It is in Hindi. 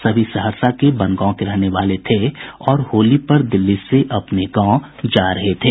सभी सहरसा जिले के बनगांव के रहने वाले थे और होली पर दिल्ली से अपने गांव जा रहे थे